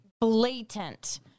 Blatant